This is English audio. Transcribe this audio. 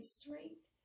strength